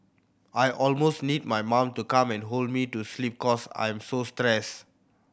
I almost need my mom to come and hold me to sleep cause I'm so stressed